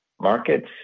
markets